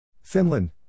Finland